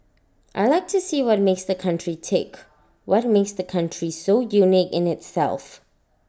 I Like to see what makes the country tick what makes the country so unique in itself